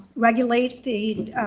regulate the